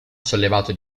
sollevato